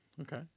Okay